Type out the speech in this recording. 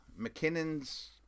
McKinnon's